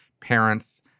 Parents